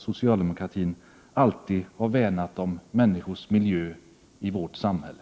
Socialdemokratin har alltid värnat om människors miljö i vårt samhälle.